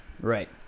right